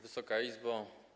Wysoka Izbo!